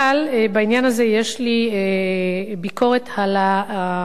אבל בעניין הזה יש לי ביקורת על השיטה,